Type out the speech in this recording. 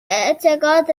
اعتقاد